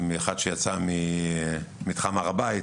מאחד שיצא ממתחם הר הבית,